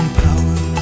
power